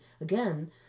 again